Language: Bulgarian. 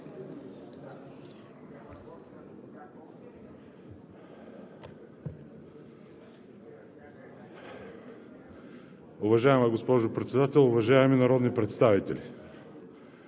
Уважаема госпожо Председател, уважаеми народни представители!